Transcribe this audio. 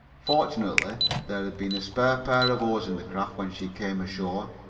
fortunately there had been a spare pair of oars in the craft when she came ashore,